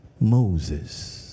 Moses